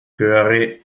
göre